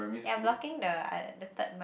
you're blocking the uh the third mic